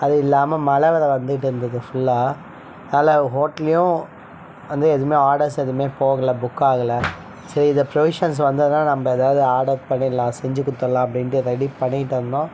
அது இல்லாமல் மழை வேறு வந்துகிட்டு இருந்தது ஃபுல்லாக அதனால் ஹோட்டலேயும் வந்து ஆடர்ஸ் எதுவுமே போகலை புக் ஆகலை சரி இந்த ப்ரொவிஷன்ஸ் வந்ததுனால் நம்ம ஏதாவது ஆடர் பண்ணிடலாம் செஞ்சு கொடுத்தட்லாம் அப்படின்ட்டு ரெடி பண்ணிவிட்டு இருந்தோம்